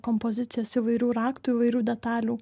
kompozicijos įvairių raktų įvairių detalių